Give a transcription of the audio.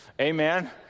amen